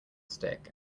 stick